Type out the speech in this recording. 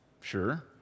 Sure